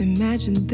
Imagine